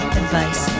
advice